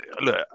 look